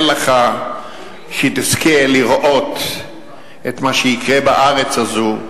לך שתזכה לראות את מה שיקרה בארץ הזאת,